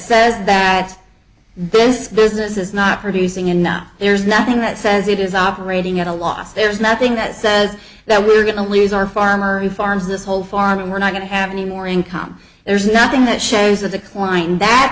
says that this business is not producing enough there's nothing that says it is operating at a loss there's nothing that says that we're going to lose our farm or the farms this whole farm and we're not going to have any more income there's nothing that shades of the client that